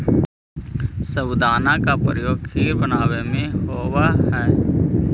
साबूदाना का प्रयोग खीर बनावे में होवा हई